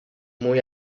muy